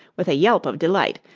with a yelp of delight,